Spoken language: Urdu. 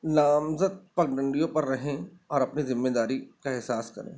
نامزد پگڈنڈیوں پر رہیں اور اپنے ذمے داری کا احساس کریں